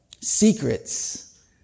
secrets